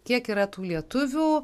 kiek yra tų lietuvių